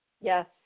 Yes